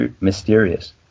mysterious